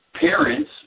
Parents